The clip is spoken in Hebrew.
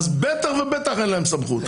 בטח בטח אין להם סמכות.